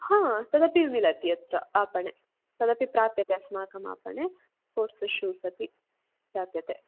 आम् तदपि मिलति अत्र आपणे तदपि प्राप्यते अस्माकम् आपणे स्पोर्ट्स् शूस् अपि प्राप्यते